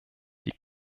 die